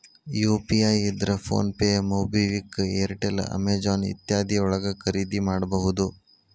UPI ಇದ್ರ PhonePe MobiKwik Airtel Amazon ಇತ್ಯಾದಿ ಯೊಳಗ ಖರಿದಿಮಾಡಬಹುದು